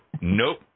Nope